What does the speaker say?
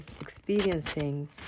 experiencing